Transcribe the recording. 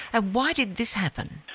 ah why did this happen?